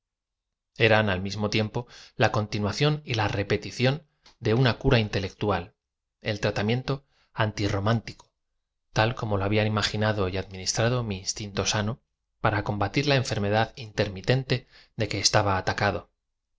era al mismo tiempo la continuación y la repetición de una cura intelectual el tratamiento anti'romántico ta l como lo ílabla ima gídado y administrado mi inatinto sano para comba tir la enfermedad intermitente de que estaba atacado